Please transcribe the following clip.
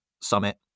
summit